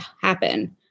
happen